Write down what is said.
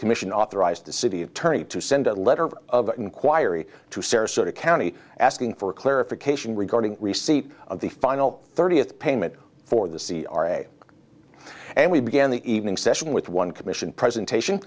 commission authorized the city attorney to send a letter of inquiry to sarasota county asking for clarification regarding receipt of the final thirtieth payment for the c r a and we began the evening session with one commission presentation